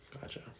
Gotcha